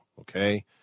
okay